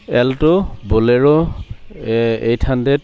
alto bolero hundred hundred